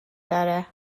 داره